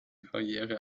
karriere